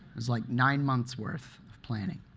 it was like nine months worth of planning.